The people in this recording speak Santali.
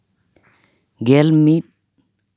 ᱜᱮᱞ ᱢᱤᱫ